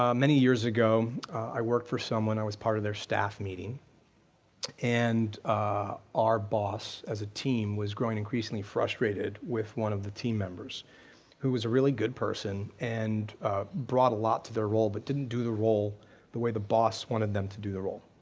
um many years ago, i worked for someone, i was part of their staff meeting and our boss, as a team, was growing increasingly frustrated with one of the team members who was a really good person and brought a lot to their role but didn't do the role the way the boss wanted them to do the role.